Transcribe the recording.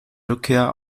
rückkehr